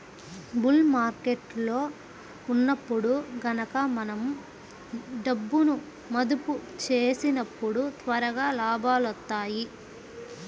bull మార్కెట్టులో ఉన్నప్పుడు గనక మనం డబ్బును మదుపు చేసినప్పుడు త్వరగా లాభాలొత్తాయి